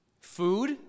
Food